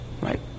Right